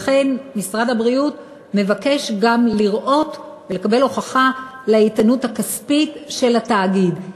לכן משרד הבריאות מבקש גם לראות ולקבל הוכחה לאיתנות הכספית של התאגיד.